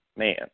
man